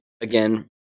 Again